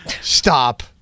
Stop